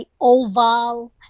oval